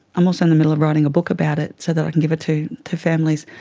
i'm also in the middle of writing a book about it so that i can give it to to families.